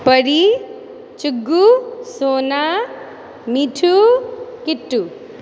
परी चुग्गु सोना मीठू किट्टू